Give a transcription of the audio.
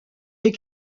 des